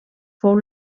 fou